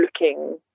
looking